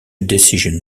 decision